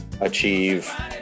achieve